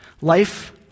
life